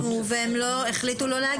לצערי הם זומנו והם החליטו לא להגיע.